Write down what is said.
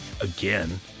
again